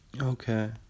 Okay